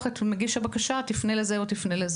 את מגיש הבקשה לפנות לכל מיני גורמים.